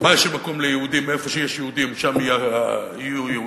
איפה שיש יהודים שם יהיו יהודים,